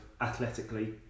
athletically